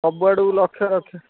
ସବୁ ଆଡ଼ୁକୁ ଲକ୍ଷ ରଖି